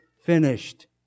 finished